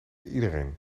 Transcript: iedereen